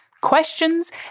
Questions